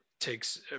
takes